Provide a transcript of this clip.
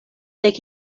dek